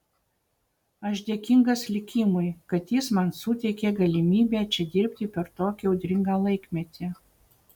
aš dėkingas likimui kad jis man suteikė galimybę čia dirbti per tokį audringą laikmetį